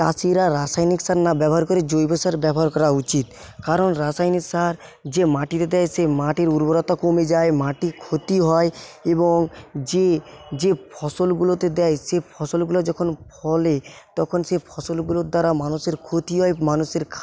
চাষিরা রাসায়নিক সার না ব্যবহার করে জৈব সার ব্যবহার করা উচিৎ কারণ রাসায়নিক সার যে মাটিতে দেয় সেই মাটির উর্বরতা কমে যায় মাটি ক্ষতি হয় এবং যে যে ফসলগুলোতে দেয় সে ফসলগুলা যখন ফলে তখন সেই ফসলগুলোর দ্বারা মানুষের ক্ষতি হয় মানুষের